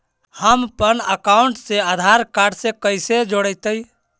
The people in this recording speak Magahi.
हमपन अकाउँटवा से आधार कार्ड से कइसे जोडैतै?